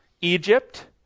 Egypt